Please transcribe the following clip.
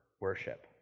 worship